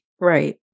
Right